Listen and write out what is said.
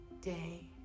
day